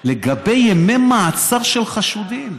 לגבי ימי מעצר של חשודים: